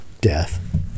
death